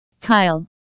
Kyle